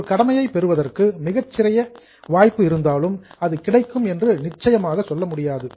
ஒரு கடமையை பெறுவதற்கான மிகச்சிறிய வாய்ப்பு இருந்தாலும் அது கிடைக்கும் என்று நிச்சயமாக சொல்ல முடியாது